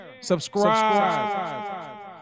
Subscribe